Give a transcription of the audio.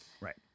Right